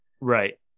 Right